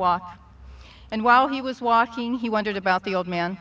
walk and while he was walking he wandered about the old man